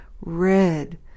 Red